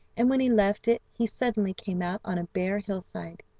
and when he left it he suddenly came out on a bare hillside.